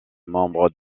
membres